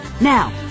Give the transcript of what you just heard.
now